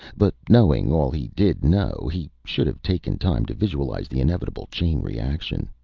but knowing all he did know, he should have taken time to visualize the inevitable chain-reaction.